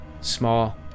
small